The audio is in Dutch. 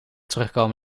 terugkomen